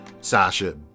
Sasha